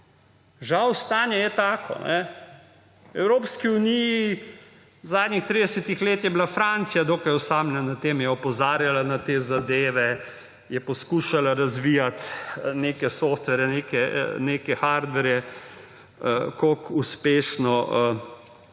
Žal, stanje je tako. V Evropski uniji v zadnjih 30 letih je bila Francija dokaj osamljena, je opozarjala na te zadeve, je poskušala razvijati neke software, neke hardware, koliko uspešno,